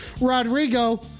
Rodrigo